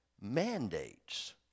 mandates